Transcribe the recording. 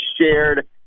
shared